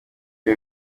iyo